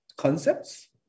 Concepts